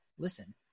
listen